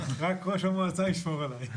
רק ראש המועצה ישמור עליי.